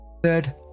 Third